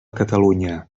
catalunya